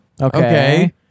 Okay